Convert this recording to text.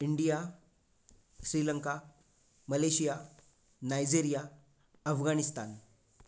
India Sri Lanka Malaysia Nigeria Afghanistan